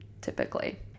typically